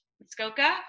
Muskoka